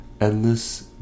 endless